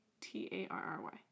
T-A-R-R-Y